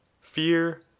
fear